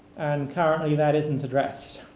and currently that isn't addressed.